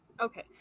Okay